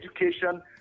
education